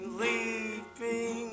leaping